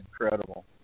incredible